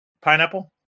Pineapple